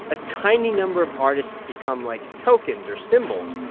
a tiny number of artists become like tokens or symbols.